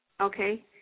Okay